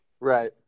Right